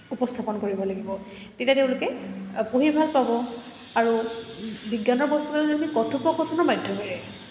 উপস্থাপন কৰিব লাগিব তেতিয়া তেওঁলোকে পঢ়ি ভাল পাব আৰু বিজ্ঞানৰ বস্তুক যদি কথোপকথনৰ মাধ্যমেৰে